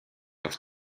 auf